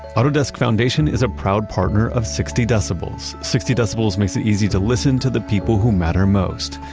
autodesk foundation is a proud partner of sixty decibels, sixty decibels makes it easy to listen to the people who matter most.